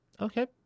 Okay